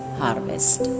harvest